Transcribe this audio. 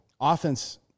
offense